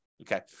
Okay